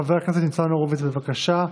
חבר הכנסת ניצן הורוביץ, בבקשה,